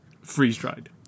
freeze-dried